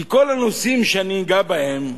כי כל הנושאים שאגע בהם,